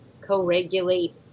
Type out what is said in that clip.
co-regulate